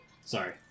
sorry